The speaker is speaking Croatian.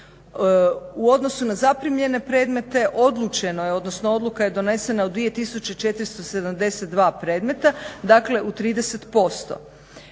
U odnosu na zaprimljene predmete odlučeno je odnosno odluka je donesena u 2472 predmeta dakle u 30%.